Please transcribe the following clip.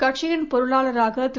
கட்சியின் பொருளாளராக திரு